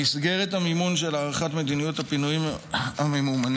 במסגרת המימון של הארכת מדיניות הפינויים הממומנים,